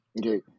Okay